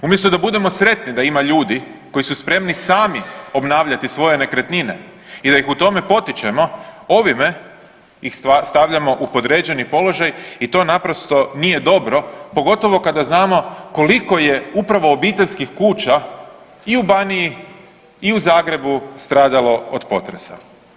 Umjesto da budemo sretni da ima ljudi koji su spremni sami obnavljati svoje nekretnine i da ih u tome potičemo ovime ih stavljamo u podređeni položaj i to naprosto nije dobro, pogotovo kada znamo koliko je upravo obiteljskih kuća i u Baniji i u Zagrebu stradalo od potresa.